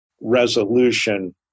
resolution